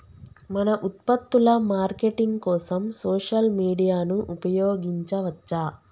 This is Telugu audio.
మన ఉత్పత్తుల మార్కెటింగ్ కోసం సోషల్ మీడియాను ఉపయోగించవచ్చా?